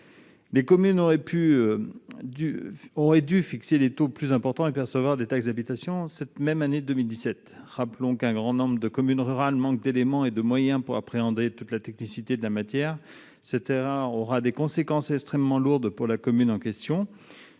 Les communes auraient dû fixer des taux plus importants et percevoir des taxes d'habitation pour 2017. Je rappelle qu'un grand nombre de communes rurales manquent de moyens pour appréhender toute la technicité de la matière. Cette erreur aura des conséquences extrêmement lourdes pour les communes en question-